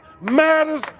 matters